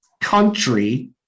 country